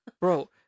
bro